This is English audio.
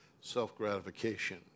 self-gratification